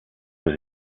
with